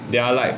they are like